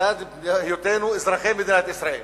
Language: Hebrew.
ולצד היותנו אזרחי מדינת ישראל